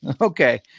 Okay